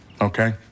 Okay